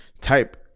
type